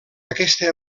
aquesta